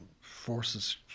forces